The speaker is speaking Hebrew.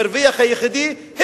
המרוויח היחידי,